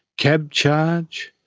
cabcharge,